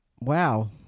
wow